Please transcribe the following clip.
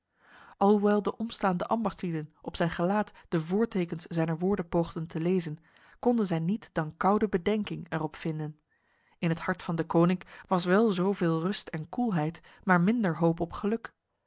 alhoewel de omstaande ambachtslieden op zijn gelaat de voortekens zijner woorden poogden te lezen konden zij niet dan koude bedenking er op vinden in het hart van deconinck was wel zoveel rust en koelheid maar minder hoop op geluk